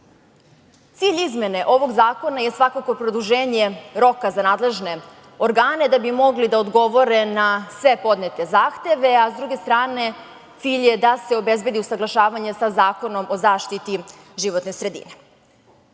izmene ovog zakona je svakako produženje roka za nadležne organe, da bi mogli da odgovore na sve podnete zahteve, a s druge strane, cilj je da se obezbedi usaglašavanje sa Zakonom o zaštiti životne sredine. Zdrava